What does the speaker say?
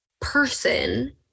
person